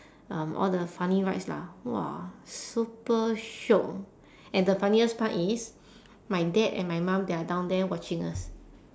um all the funny rides lah !wah! super shiok and the funniest part is my dad and my mum they are down there watching us